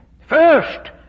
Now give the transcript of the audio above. first